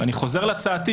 אני חוזר להצעתי,